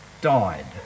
Died